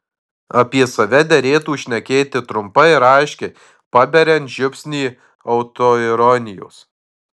apie save derėtų šnekėti trumpai ir aiškiai paberiant žiupsnį autoironijos